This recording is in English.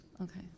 Okay